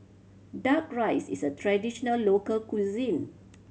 Duck Rice is a traditional local cuisine